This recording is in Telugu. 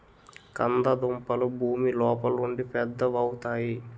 కంద దుంపలు భూమి లోపలుండి పెద్దవవుతాయి